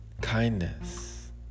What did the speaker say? Kindness